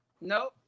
nope